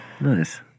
Nice